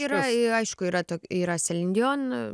yra y aišku yra tok yra selin dion